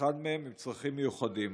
מהם עם צרכים מיוחדים.